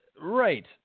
Right